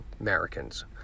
Americans